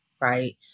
right